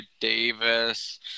Davis